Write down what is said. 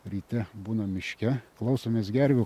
ryte būnam miške klausomės gervių